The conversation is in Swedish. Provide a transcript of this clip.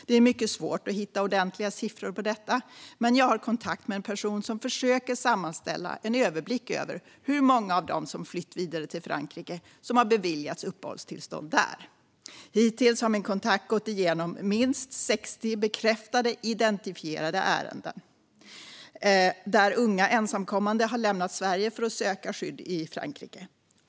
Det är mycket svårt att hitta ordentliga siffror på detta, men jag har kontakt med en person som försöker sammanställa en överblick över hur många av dem som flytt vidare till Frankrike som har beviljats uppehållstillstånd där. Hittills har min kontakt gått igenom minst 60 bekräftade, identifierade ärenden, där unga ensamkommande har lämnat Sverige för att söka skydd i Frankrike.